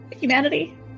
Humanity